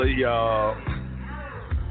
Y'all